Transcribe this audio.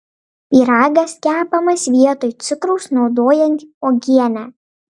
pyragas kepamas vietoj cukraus naudojant uogienę